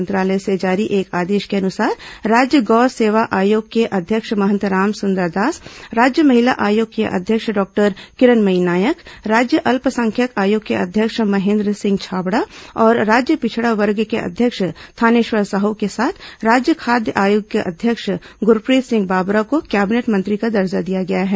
मंत्रालय से जारी एक आदेश के अनुसार राज्य गौ सेवा आयोग के अध्यक्ष महंत राम सुंदरदास राज्य महिला आयोग की अध्यक्ष डॉक्टर किरणमयी नायक राज्य अल्पसंख्यक आयोग के अध्यक्ष महेन्द्र सिंह छाबड़ा और राज्य पिछड़ा वर्ग के अध्यक्ष थानेश्वर साह के साथ राज्य खाद्य आयोग के अध्यक्ष गुरफ्रीत सिंह बाबरा को कैबिनेट मंत्री का दर्जा दिया गया है